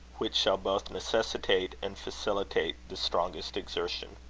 which shall both necessitate and facilitate the strongest exertion.